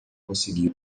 conseguiu